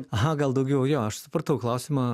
aha gal daugiau jo aš supratau klausimą